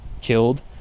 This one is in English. killed